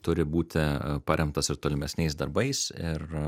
turi būti paremtas ir tolimesniais darbais ir